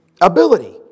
Ability